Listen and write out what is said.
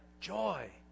joy